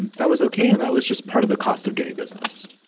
and that was okay and that was just part of the cost of doing business.